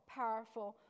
powerful